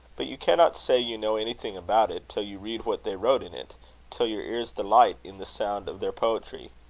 but you cannot say you know anything about it, till you read what they wrote in it till your ears delight in the sound of their poetry